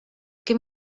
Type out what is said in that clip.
give